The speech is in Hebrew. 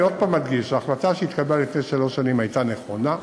אני עוד הפעם אדגיש: ההחלטה שהתקבלה לפני שלוש שנים הייתה נכונה.